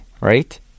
right